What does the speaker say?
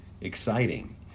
exciting